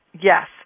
Yes